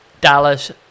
Dallas